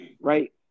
right